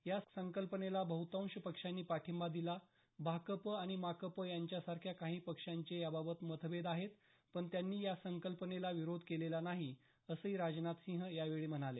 या संकल्पनेला बह्तांश पक्षांनी पाठिंबा दिला भाकपा आणि माकपा यांसारख्या काही पक्षांचे याबाबत मतभेद आहेत पण त्यांनी या संकल्पनेला विरोध केलेला नाही असही राजनाथ सिंह यावेळी म्हणाले